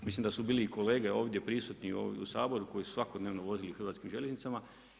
Mislim da su bili i kolege ovdje prisutni u Saboru koji su se svakodnevno vozili Hrvatskim željeznicama.